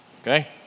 okay